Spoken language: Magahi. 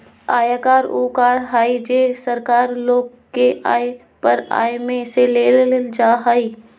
आयकर उ कर हइ जे सरकार लोग के आय पर आय में से लेल जा हइ